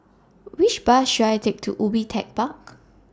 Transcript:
Which Bus should I Take to Ubi Tech Park